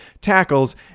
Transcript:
tackles